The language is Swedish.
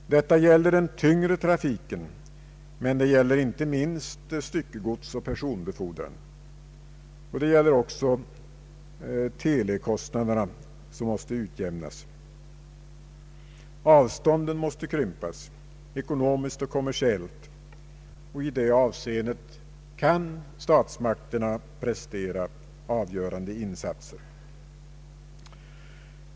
Detta gäller den tyngre trafiken, men det gäller inte minst styckegodsoch person befordran, och det gäller även telekostnaderna som måste utjämnas. Avstånden måste krympas, ekonomiskt och kommersiellt. I det avseendet kan statsmakterna prestera avgörande insatser.